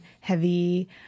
heavy